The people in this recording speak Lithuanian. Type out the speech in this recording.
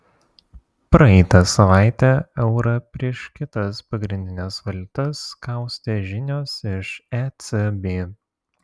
praeitą savaitę eurą prieš kitas pagrindines valiutas kaustė žinios iš ecb